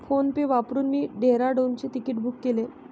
PhonePe वापरून मी डेहराडूनचे तिकीट बुक केले